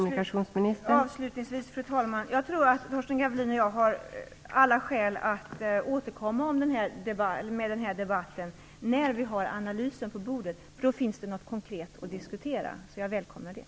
Fru talman! Avslutningsvis tror jag att Torsten Gavelin och jag har alla skäl att återkomma med den här debatten när vi har analysen på bordet. Då finns det något konkret att diskutera. Jag välkomnar det.